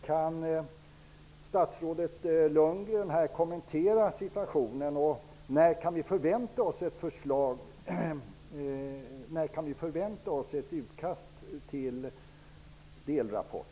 Kan statsrådet Lundgren kommentera situationen, och när kan vi förvänta oss ett utkast till delrapport?